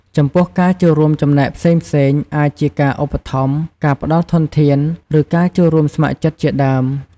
ចំពោះ ការចូលរួមចំណែកផ្សេងៗ អាចជាការឧបត្ថម្ភ ការផ្តល់ធនធាន ឬការចូលរួមជាស្ម័គ្រចិត្តជាដើម។